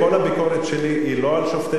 כל הביקורת שלי היא לא על שופטי